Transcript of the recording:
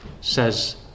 says